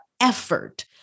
effort